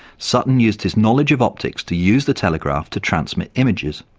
sutton used his knowledge of optics to use the telegraph to transmit images.